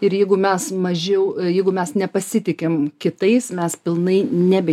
ir jeigu mes mažiau jeigu mes nepasitikim kitais mes pilnai nebe